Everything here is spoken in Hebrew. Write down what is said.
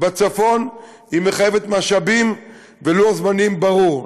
בצפון מחייבת משאבים ולוח זמנים ברור.